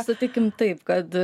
sutikim ta ip kad